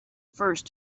first